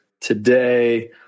today